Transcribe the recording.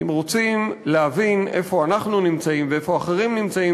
אם רוצים להבין איפה אנחנו נמצאים ואיפה אחרים נמצאים,